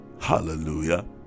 Hallelujah